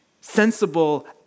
sensible